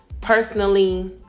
personally